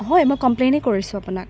হয় মই কমপ্লেইনে কৰিছোঁ আপোনাক